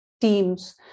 teams